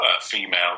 female